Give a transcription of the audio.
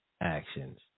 actions